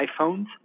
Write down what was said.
iPhones